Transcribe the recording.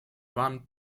one